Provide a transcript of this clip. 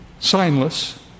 signless